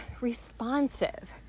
responsive